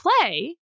play